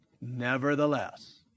Nevertheless